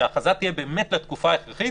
שההכרזה תהיה באמת לתקופה ההכרחית.